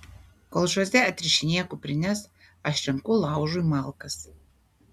kol žoze atrišinėja kuprines aš renku laužui malkas